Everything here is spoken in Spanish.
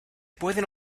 pueden